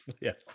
Yes